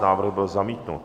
Návrh byl zamítnut